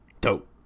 Dope